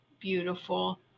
beautiful